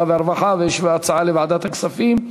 והרווחה ויש הצעה להעביר לוועדת הכספים.